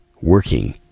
working